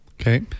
Okay